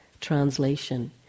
translation